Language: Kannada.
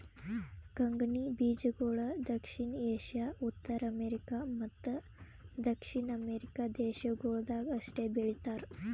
ಕಂಗ್ನಿ ಬೀಜಗೊಳ್ ದಕ್ಷಿಣ ಏಷ್ಯಾ, ಉತ್ತರ ಅಮೇರಿಕ ಮತ್ತ ದಕ್ಷಿಣ ಅಮೆರಿಕ ದೇಶಗೊಳ್ದಾಗ್ ಅಷ್ಟೆ ಬೆಳೀತಾರ